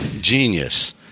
genius